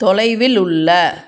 தொலைவில் உள்ள